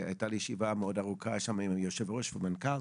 הייתה לי ישיבה ארוכה עם יושב הראש והמנכ"ל.